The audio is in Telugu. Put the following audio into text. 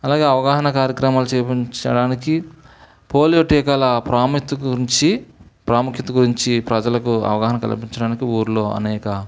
అలాగే అవగాహన కార్యక్రమాలు చేపించడానికి పోలియో టీకాల ప్రాముఖ్యత గురించి ప్రాముఖ్యత గురించి ప్రజలకు అవగాహన కల్పించడానికి ఊర్లో అనేక